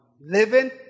Living